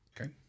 Okay